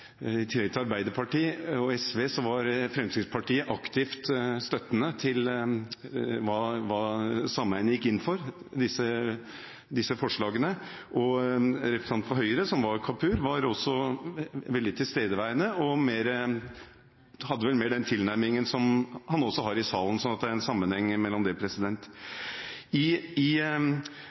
i tillegg til Arbeiderpartiet og SV Fremskrittspartiet aktivt støttende til forslagene sameiene gikk inn for. Representanten for Høyre, som var Kapur, var også veldig tilstedeværende og hadde vel mer den tilnærmingen som han også har her i salen – så det er en sammenheng her. Det som skjedde videre, da engasjementet til velforeninger og sameier utviklet seg, var at bydelsutvalgene, særlig i Oslo, i